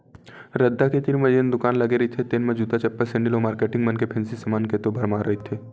रद्दा के तीर म जेन दुकान लगे रहिथे तेन म जूता, चप्पल, सेंडिल अउ मारकेटिंग मन के फेंसी समान के तो भरमार रहिथे